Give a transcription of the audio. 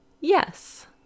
Yes